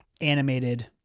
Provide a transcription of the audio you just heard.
animated